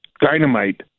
dynamite